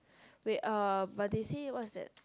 wait uh but they say what's that